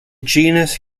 genus